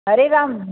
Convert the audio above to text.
Hare Ram